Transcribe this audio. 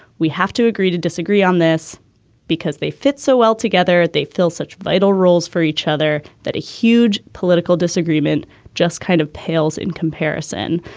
we have to agree to disagree on this because they fit so well together. they fill such vital roles for each other that a huge political disagreement just kind of pales in comparison.